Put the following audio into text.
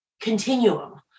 continuum